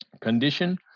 condition